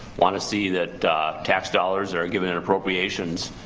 want to see that tax dollars are given and appropriations,